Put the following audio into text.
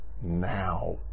now